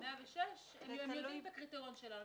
הם יודעים את הקריטריונים שלנו.